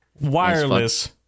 wireless